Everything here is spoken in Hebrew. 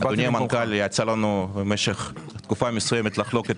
למנכ"ל ולי יצא תקופה מסוימת לחלוק את